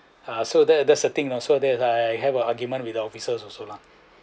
ah so there there's a thing also that I have a argument with the officers also lah